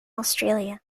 australia